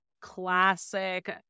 classic